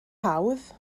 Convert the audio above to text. hawdd